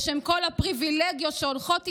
בשם כל הפריבילגיות שהולכות איתו,